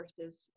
versus